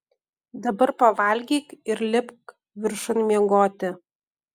dabar pavalgyk ir lipk viršun miegoti